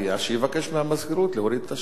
שיבקש מהמזכירות להוריד את השם שלו,